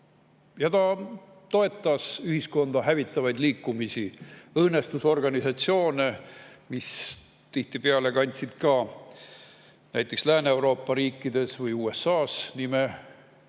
Ta toetas ühiskonda hävitavaid liikumisi, õõnestusorganisatsioone, mis tihtipeale kandsid ka näiteks Lääne-Euroopa riikides või USA‑s nimetust "kommunistlik